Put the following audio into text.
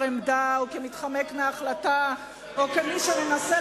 עמדה או כמתחמק מהחלטה או כמי שמנסה,